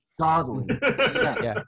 Godly